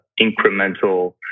incremental